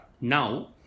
Now